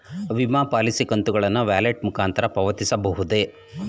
ವಿಮಾ ಪಾಲಿಸಿ ಕಂತುಗಳನ್ನು ವ್ಯಾಲೆಟ್ ಮುಖಾಂತರ ಪಾವತಿಸಬಹುದೇ?